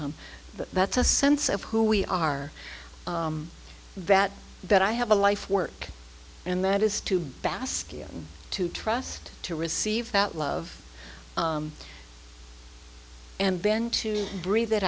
that's a sense of who we are that that i have a life work and that is to bask in to trust to receive that love and then to breathe it